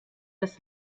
das